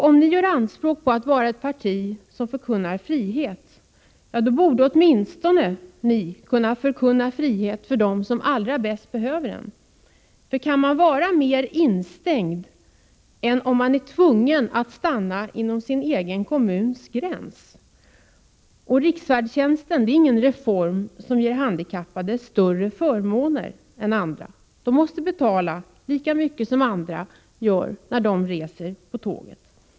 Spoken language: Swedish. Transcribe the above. Om ni gör anspråk på att vara ett parti som förkunnar frihet, då borde ni åtminstone kunna förkunna frihet för dem som allra bäst behöver den. För kan man vara mer instängd än om man är tvungen att stanna inom sin egen kommuns gränser. Riksfärdtjänsten är ingen reform som ger handikappade större förmåner än andra. De måste betala lika mycket som andra vid resor med tåg.